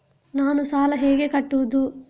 ನಾನು ಸಾಲ ಹೇಗೆ ಕಟ್ಟುವುದು?